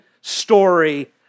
story